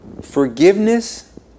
Forgiveness